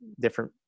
different